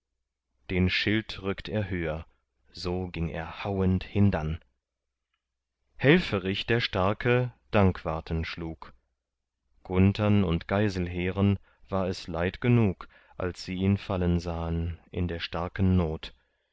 den schild rückt er höher so ging er hauend hindann helferich der starke dankwarten schlug gunthern und geiselheren war es leid genug als sie ihn fallen sahen in der starken not